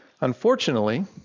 Unfortunately